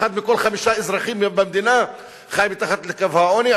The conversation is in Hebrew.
אחד מכל חמישה אזרחים במדינה חי מתחת לקו העוני.